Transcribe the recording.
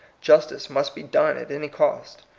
justice must be done at any cost.